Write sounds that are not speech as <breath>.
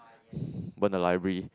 <breath> burn the library